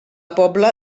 pobla